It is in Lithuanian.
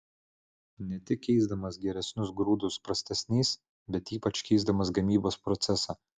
ne tik keisdamas geresnius grūdus prastesniais bet ypač keisdamas gamybos procesą